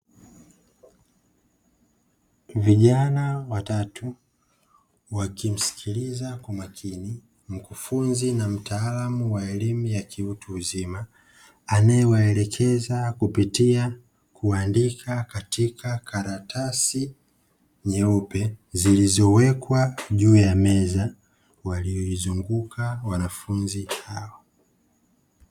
Vijana watatu wakimsikiliza kwa makini mkufunzi na mtaalamu wa elimu ya utu uzima, anayewaelekeza kupitia kuandika katika karatasi nyeupe zilizowekwa juu ya meza iliyowazunguka wanafunzi hao.